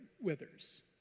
withers